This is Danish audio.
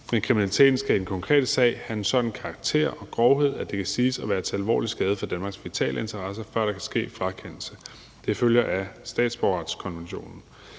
men kriminaliteten skal i den konkrete sag have en sådan karakter og grovhed, at det kan siges at være til alvorlig skade for Danmarks vitale interesser, før der kan ske en frakendelse, og det følger af statsborgerretskonventionen.